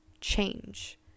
change